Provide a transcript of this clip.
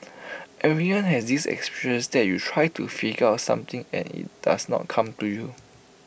everyone has this that you try to figure out something and IT does not come to you